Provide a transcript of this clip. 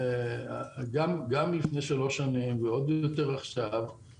גם לפני שלוש שנים ועוד יותר עכשיו,